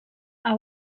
are